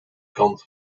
kant